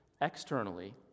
externally